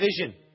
vision